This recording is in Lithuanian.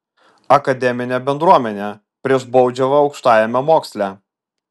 akademinė bendruomenė prieš baudžiavą aukštajame moksle